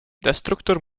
destruktor